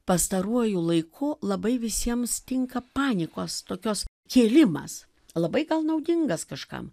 pastaruoju laiku labai visiems tinka panikos tokios kėlimas labai naudingas kažkam